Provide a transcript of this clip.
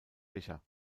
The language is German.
fischer